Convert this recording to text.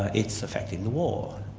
ah it's affecting the war.